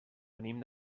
venim